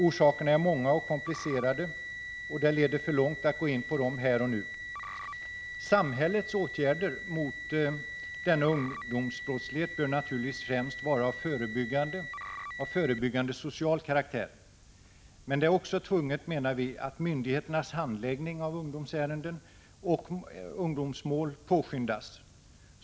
Orsakerna är många och komplicerade, och det skulle leda för långt att här och nu gå in på dem. Samhällets åtgärder mot denna ungdomsbrottslighet bör naturligtvis främst vara av förebyggande social karaktär. Men det är enligt vår mening också nödvändigt att myndigheternas handläggning av ungdomsärenden och ungdomsmål påskyndas.